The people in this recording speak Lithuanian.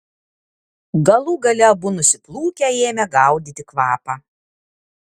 galų gale abu nusiplūkę ėmė gaudyti kvapą